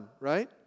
right